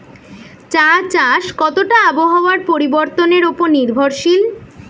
চা চাষ কতটা আবহাওয়ার পরিবর্তন উপর নির্ভরশীল?